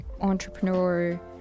entrepreneur